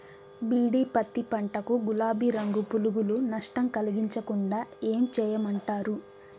BT పత్తి పంట కు, గులాబీ రంగు పులుగులు నష్టం కలిగించకుండా ఏం చేయమంటారు?